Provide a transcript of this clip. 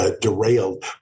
derailed